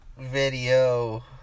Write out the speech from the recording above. video